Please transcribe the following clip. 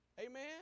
Amen